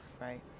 right